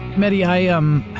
mehdi, i um.